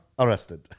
Arrested